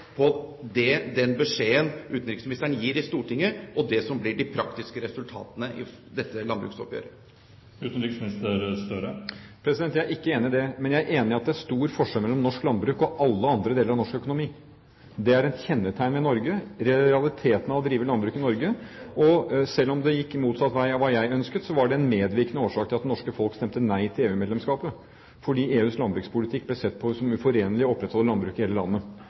på den beskjeden utenriksministeren gir i Stortinget, og det som blir de praktiske resultatene ved dette landbruksoppgjøret? Jeg er ikke enig i det, men jeg er enig i at det er stor forskjell mellom norsk landbruk og alle andre deler av norsk økonomi. Det er et kjennetegn ved Norge – realiteten av å drive landbruk i Norge. Selv om det gikk motsatt vei av hva jeg ønsket, var det en medvirkende årsak til at det norske folk stemte nei til EU-medlemskapet. EUs landbrukspolitikk ble sett på som uforenlig med å opprettholde landbruk i hele landet.